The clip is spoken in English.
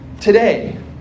Today